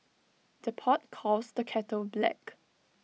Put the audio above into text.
the pot calls the kettle black